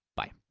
bye.